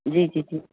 जी जी जी